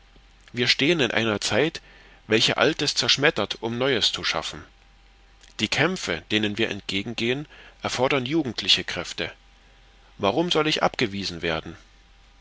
wir stehen in einer zeit welche altes zerschmettert um neues zu schaffen die kämpfe denen wir entgegen gehen erfordern jugendliche kräfte warum soll ich abgewiesen werden